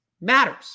matters